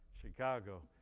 Chicago